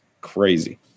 crazy